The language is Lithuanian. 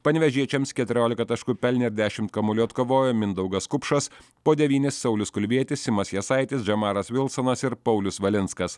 panevėžiečiams keturiolika taškų pelnė ir dešimt kamuolių atkovojo mindaugas kupšas po devynis saulius kulvietis simas jasaitis džemaras vilsonas ir paulius valinskas